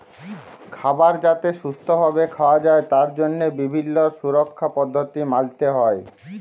খাবার যাতে সুস্থ ভাবে খাওয়া যায় তার জন্হে বিভিল্য সুরক্ষার পদ্ধতি মালতে হ্যয়